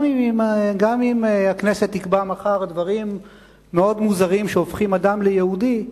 גם אם הכנסת תקבע מחר דברים מאוד מוזרים שהופכים אדם ליהודי,